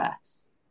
first